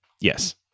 Yes